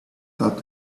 thought